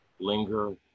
Linger